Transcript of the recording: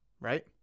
right